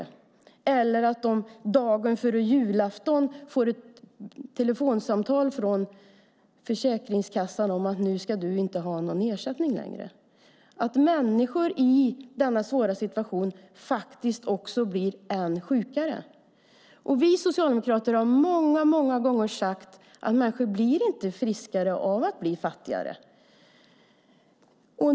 De är oroliga för att de dagen före julafton ska få ett telefonsamtal från Försäkringskassan om att de inte ska ha någon ersättning längre. I denna svåra situation blir människor sjukare. Vi socialdemokrater har många gånger sagt att människor inte blir friskare av att bli fattigare.